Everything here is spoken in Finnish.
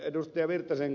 olemme ed